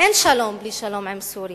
אין שלום בלי שלום עם סוריה,